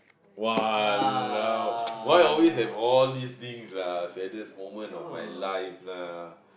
!walao! why always have all these things lah saddest moment of my life lah